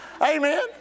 Amen